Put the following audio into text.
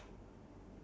ya